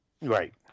Right